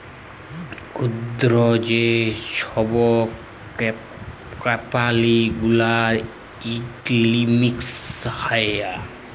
ক্ষুদ্র যে ছব কম্পালি গুলার ইকলমিক্স হ্যয়